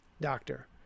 Doctor